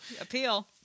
appeal